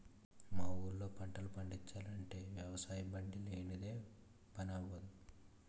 మా ఊళ్ళో పంటలు పండిచాలంటే వ్యవసాయబండి లేనిదే పని అవ్వదు